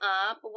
up